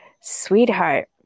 sweetheart